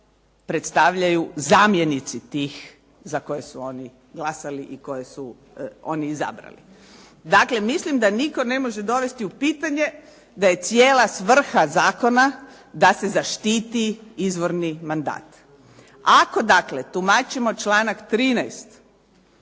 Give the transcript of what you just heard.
predstavljaju zamjenici tih za koje su oni glasali i koje su oni izabrali. Dakle, mislim da nitko ne može dovesti u pitanje da je cijela svrha zakona da se zaštiti izvorni mandat. Ako dakle, tumačimo članak 13.